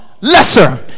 lesser